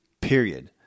period